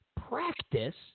practice